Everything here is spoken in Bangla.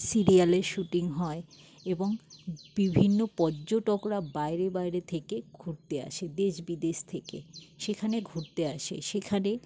সিরিয়ালের শুটিং হয় এবং বিভিন্ন পর্যটকরা বাইরে বাইরে থেকে ঘুরতে আসে দেশ বিদেশ থেকে সেখানে ঘুরতে আসে সেখানে